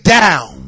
down